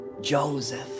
Joseph